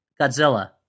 Godzilla